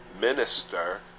minister